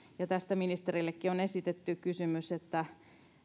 tästä ministerillekin on esitetty kysymys